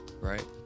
right